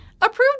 approved